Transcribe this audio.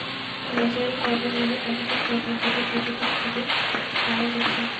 natural fibre মানে প্রাকৃতিক fibre যেটা প্রকৃতি থিকে পায়া যাচ্ছে